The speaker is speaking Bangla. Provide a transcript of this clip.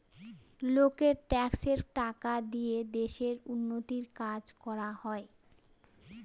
লোকের ট্যাক্সের টাকা দিয়ে দেশের উন্নতির কাজ করা হয়